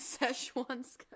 Szechuan